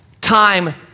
time